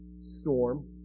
storm